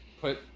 put